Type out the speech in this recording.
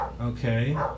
Okay